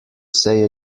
say